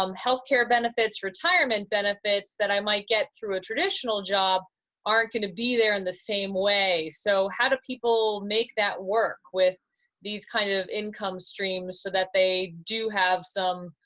um healthcare benefits, retirement benefits that i might get through a traditional job aren't gonna be there in the same way. so how do people make that work with these kind of income streams so that they do have some,